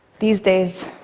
these days,